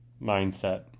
mindset